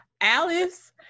Alice